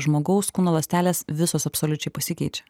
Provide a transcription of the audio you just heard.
žmogaus kūno ląstelės visos absoliučiai pasikeičia